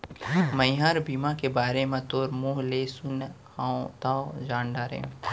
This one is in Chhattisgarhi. मैंहर बीमा के बारे म तोर मुँह ले सुने हँव तव जान डारेंव